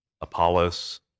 Apollos